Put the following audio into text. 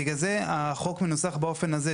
בגלל זה החוק מנוסח באופן הזה,